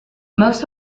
most